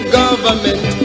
government